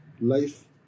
Life